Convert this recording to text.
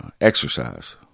exercise